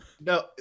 No